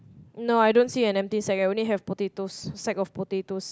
no I don't see an empty sack I only have potatoes sack of potatoes